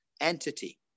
entity